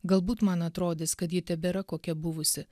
galbūt man atrodys kad ji tebėra kokia buvusi